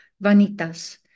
vanitas